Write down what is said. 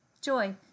Joy